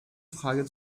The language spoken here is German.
frage